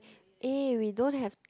eh we don't have